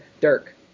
Dirk